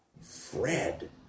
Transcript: Fred